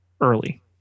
early